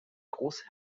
große